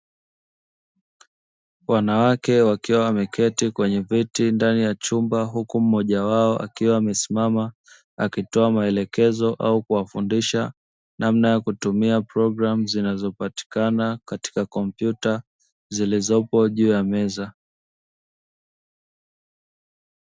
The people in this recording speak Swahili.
Wanawake wakiwa wameketi kwenye viti ndani ya chumba huku mmoja wao, akiwa amesimama akitoa maelekezo au kuwafundisha namna ya kutumia programu zinazo patikana katika kompyuta zilizopo juu ya meza .